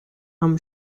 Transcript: i’m